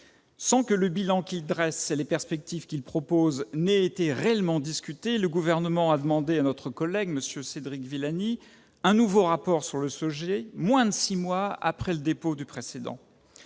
Sans que le bilan qu'ils dressent et les perspectives qu'ils proposent aient été réellement discutés, le Gouvernement a demandé à M. Cédric Villani un nouveau rapport sur le sujet, moins de six mois après le dépôt du précédent.